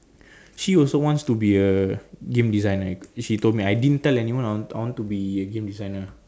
she also wants to be a game designer she told me I didn't tell anyone I want I want to be a game designer